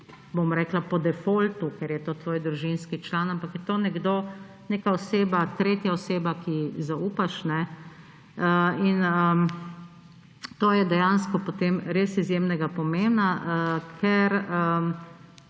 ki ni po defaultu, ker je to tvoj družinski član. Ampak je to nekdo, neka oseba, tretja oseba, ki ji zaupaš; in to je dejansko potem res izjemnega pomena, ker